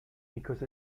because